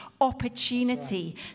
opportunity